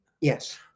Yes